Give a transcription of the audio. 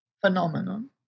phenomenon